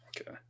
Okay